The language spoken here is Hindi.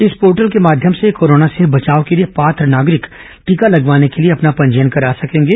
इस पोर्टल के माध्यम से कोरोना से बचाव के लिए पात्र नागरिक टीका लगवाने के लिए अपना पेंजीयन करा सकेंगे